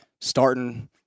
starting